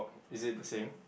is it the same